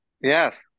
Yes